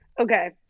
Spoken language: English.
Okay